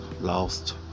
lost